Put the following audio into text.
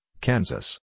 Kansas